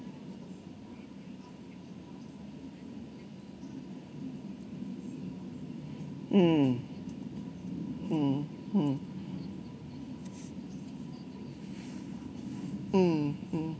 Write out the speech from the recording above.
mm hmm hmm mmhmm